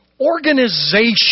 organization